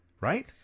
Right